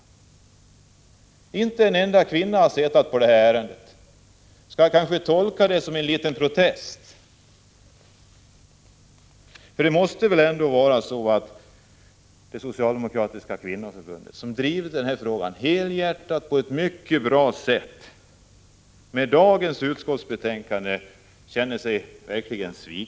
Skall jag tolka det som en liten protest att ingen socialdemokratisk kvinna har suttit med i behandlingen av detta ärende? Det socialdemokratiska kvinnoförbundet, som driver dessa frågor helhjärtat på ett mycket bra sätt, måste känna sig sviket av detta utskottsbetänkande.